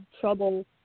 trouble